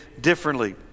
differently